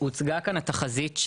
הוצגה כאן התחזית,